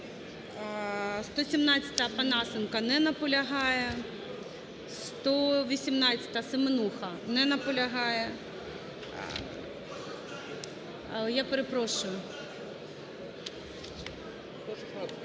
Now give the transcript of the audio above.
117-а, Опанасенко. Не наполягає. 118-а, Семенуха. Не наполягає. Я перепрошую…